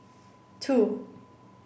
two